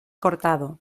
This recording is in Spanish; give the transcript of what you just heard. cortado